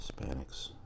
Hispanics